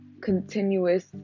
continuous